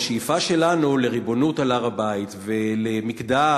השאיפה שלנו לריבונות על הר-הבית והמקדש,